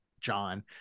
John